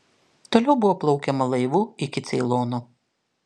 toliau buvo plaukiama laivu iki ceilono